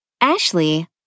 Ashley